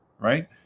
right